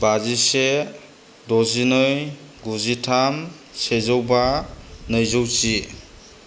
बाजिसे द'जिनै गुजिथाम सेजौबा नैजौजि